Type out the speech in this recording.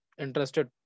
Interested